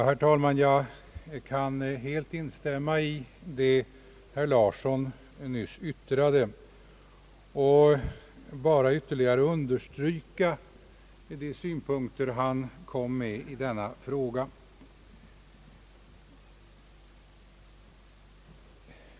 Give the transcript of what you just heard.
Herr talman! Jag kan helt instämma i det herr Larsson nyss yttrade och endast ytterligare understryka de synpunkter han kom med i denna fråga.